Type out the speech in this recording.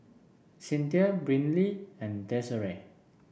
Cinthia Brynlee and Desirae